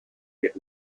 hit